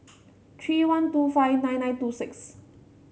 three one two five nine nine two six